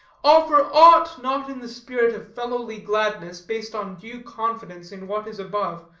offer aught not in the spirit of fellowly gladness based on due confidence in what is above,